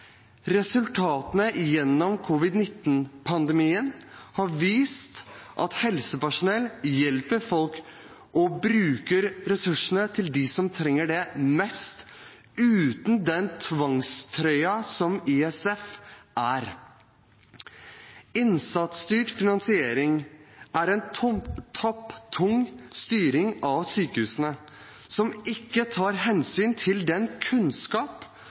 og bruker ressursene på dem som trenger det mest, uten den tvangstrøyen som ISF er. Innsatsstyrt finansiering er en topptung styring av sykehusene som ikke tar hensyn til den